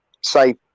say